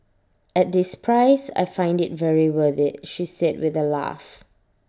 at this price I find IT very worth IT she said with A laugh